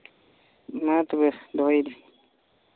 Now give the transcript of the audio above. ᱢᱟ ᱛᱚᱵᱮ ᱫᱚᱦᱚᱭᱮᱫᱟᱹᱧ